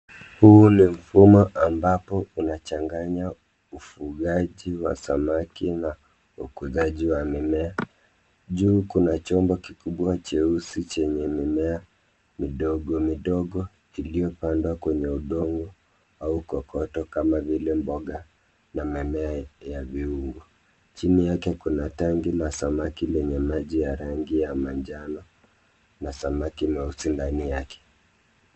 Huu ni mfumo ambapo unachanganya ufugaji wa samaki na ujuzaji wa mimea, juu kuna chombo kikubwa jeusi chenye mimea midogo midogo iliyopandwa kwenye udongo au kokoto kama mboga ama mimea ya viungo.